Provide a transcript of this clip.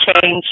change